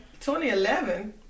2011